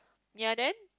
ya then